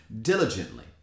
diligently